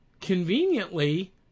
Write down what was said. conveniently